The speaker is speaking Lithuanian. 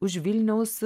už vilniaus